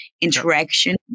Interaction